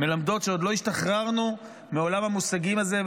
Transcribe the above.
מלמדות שעוד לא השתחררנו מעולם המושגים הזה.